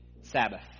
Sabbath